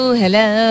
hello